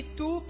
tu